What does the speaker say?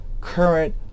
current